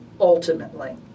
ultimately